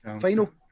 Final